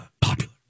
popular